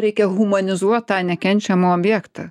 reikia humanizuot tą nekenčiamą objektą